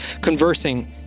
conversing